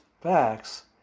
facts